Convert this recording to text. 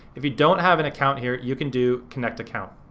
if you don't have an account here, you can do connect account.